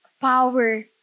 power